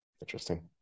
Interesting